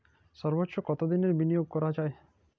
সর্বোচ্চ কতোদিনের বিনিয়োগ করা যায়?